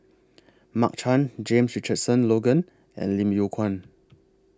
Mark Chan James Richardson Logan and Lim Yew Kuan